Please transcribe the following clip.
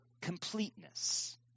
completeness